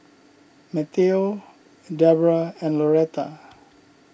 Mateo Deborah and Loretta